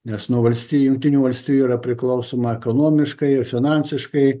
nes nuo valstijų jungtinių valstijų yra priklausoma ekonomiškai ir finansiškai